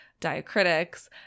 diacritics